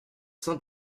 sein